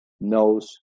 knows